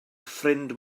ffrind